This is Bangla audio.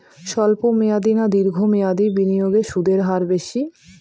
স্বল্প মেয়াদী না দীর্ঘ মেয়াদী বিনিয়োগে সুদের হার বেশী?